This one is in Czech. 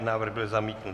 Návrh byl zamítnut.